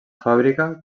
fàbrica